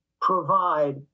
provide